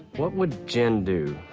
what would jen do?